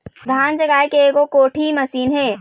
धान जगाए के एको कोठी मशीन हे?